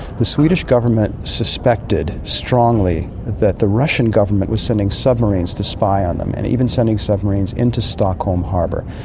the swedish government suspected, strongly, that the russian government was sending submarines to spy on them, and even sending submarines in to stockholm harbour.